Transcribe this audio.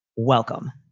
welcome.